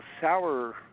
sour